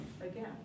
again